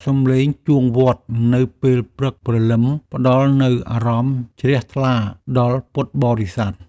សំឡេងជួងវត្តនៅពេលព្រឹកព្រលឹម ផ្តល់នូវអារម្មណ៍ជ្រះថ្លាដល់ពុទ្ធបរិស័ទ។